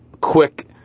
quick